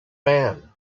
man